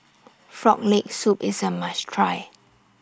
Frog Leg Soup IS A must Try